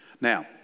Now